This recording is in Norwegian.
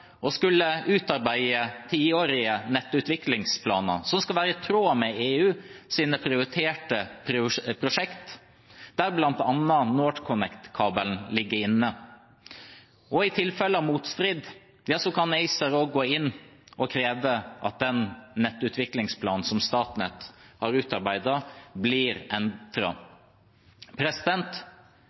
skulle utarbeide tiårige nettutviklingsplaner som skal være i tråd med EUs prioriterte prosjekt, der bl.a. NorthConnect-kabelen ligger inne. I tilfeller av motstrid kan ACER også gå inn og kreve at den nettutviklingsplanen Statnett har utarbeidet, blir